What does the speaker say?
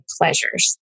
pleasures